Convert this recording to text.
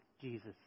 Jesus